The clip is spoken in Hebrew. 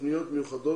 תכניות מיוחדות